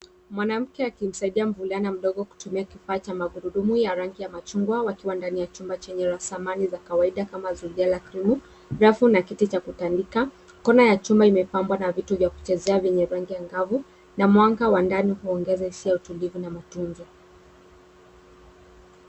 Mwanamke akimsaidia mvulana mdogo kutumia kifaa cha magurudumu ya rangi ya machungwa wakiwa ndani ya chumba chenye samani za kawaida kama zulia la krimu , rafu na kiti cha kutandika. Kona ya chumba imepambwa na vitu vya kuchezea vyenye rangi angavu na mwanga wa ndani huongeza hisia ya utulivu na matunzo.